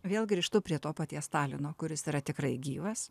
vėl grįžtu prie to paties talino kuris yra tikrai gyvas